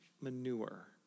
manure